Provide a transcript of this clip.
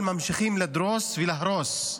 ממשיכים לדרוס ולהרוס.